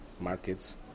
markets